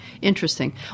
Interesting